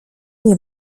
nie